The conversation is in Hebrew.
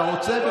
אתה רוצה?